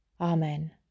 Amen